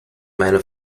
meiner